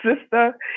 sister